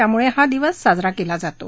त्यामुळे हा दिवस साजरा केला जातो